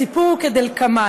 הסיפור הוא כדלקמן,